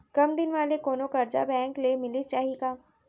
कम दिन वाले कोनो करजा बैंक ले मिलिस जाही का?